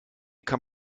kann